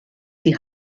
die